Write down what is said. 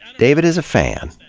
david is a fan.